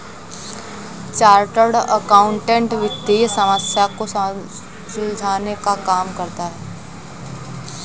chartered accountant वित्तीय समस्या को सुलझाने का काम करता है